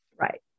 Right